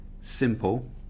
simple